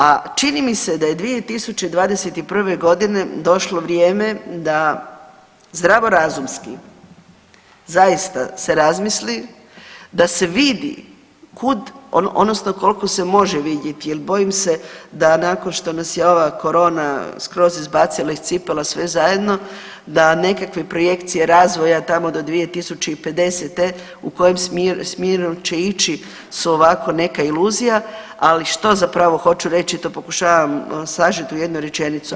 A, čini mi se da je 2021.godine došlo vrijeme da zdravo razumski zaista se razmisli, da se vidi, odnosno koliko se može vidjeti, jer bojim se da nakon što nas je ova korona skroz izbacila iz cipela sve zajedno da nekakve projekcije razvoja tamo do 2050. u kojem smjeru će ići su ovako neka iluzija, ali što zapravo hoću reći to pokušavam sažet u jednu rečenicu.